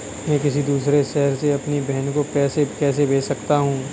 मैं किसी दूसरे शहर से अपनी बहन को पैसे कैसे भेज सकता हूँ?